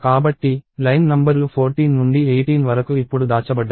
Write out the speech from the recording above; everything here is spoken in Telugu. కాబట్టి లైన్ నంబర్లు 14 నుండి 18 వరకు ఇప్పుడు దాచబడ్డాయి